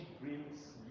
brings